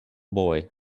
boy